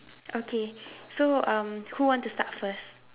okay so um who want to start first